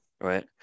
right